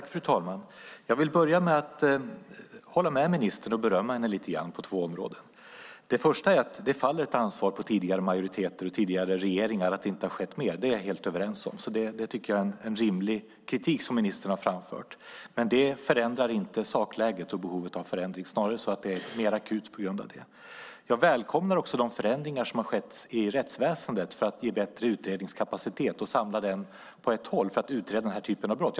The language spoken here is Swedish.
Fru talman! Jag vill börja med att hålla med ministern och berömma henne lite grann på två områden. Det första är att det faller ett ansvar på tidigare majoriteter och tidigare regeringar att det inte har skett mer. Det är vi helt överens om. Det tycker jag är en rimlig kritik som ministern har framfört. Men det förändrar inte sakläget och behovet av förändring. Det är snarare så att det är mer akut på grund av det. Jag välkomnar också de förändringar som har skett i rättsväsendet för att ge bättre utredningskapacitet och samla den på ett håll för att utreda den här typen av brott.